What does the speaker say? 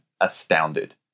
astounded